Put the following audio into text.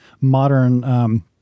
modern—